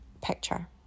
picture